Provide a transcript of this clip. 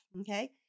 Okay